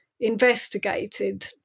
investigated